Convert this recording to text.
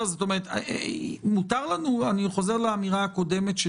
אני חוזר לאמירה הקודמת שלי,